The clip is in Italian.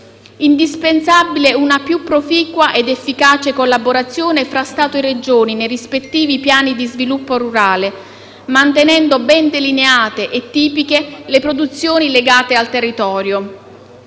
Indispensabile è una più proficua ed efficace collaborazione fra Stato e Regioni nei rispettivi piani di sviluppo rurale, mantenendo ben delineate e tipiche le produzioni legate al territorio.